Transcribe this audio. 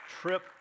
trip